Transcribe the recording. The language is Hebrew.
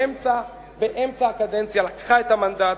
באמצע הקדנציה לקחה את המנדט,